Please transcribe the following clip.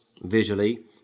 visually